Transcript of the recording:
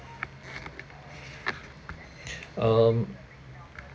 um